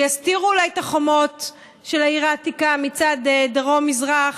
שיסתירו אולי את החומות של העיר העתיקה מצד דרום-מזרח.